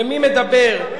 חבר הכנסת טיבייב, ומי מדבר?